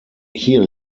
hier